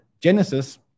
Genesis